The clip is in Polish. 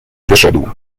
wyszedł